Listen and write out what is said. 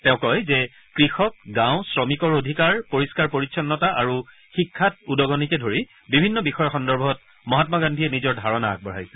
তেওঁ কয় যে কৃষক গাঁও শ্ৰমিকৰ অধিকাৰ পৰিহ্মাৰ পৰিচ্ছন্নতা আৰু শিক্ষাত উদগণিকে ধৰি বিভিন্ন বিষয় সন্দৰ্ভত মহাম্মা গান্ধীয়ে নিজৰ ধাৰণা আগবঢ়াইছে